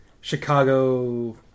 Chicago